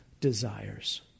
desires